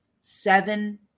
seven